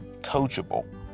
coachable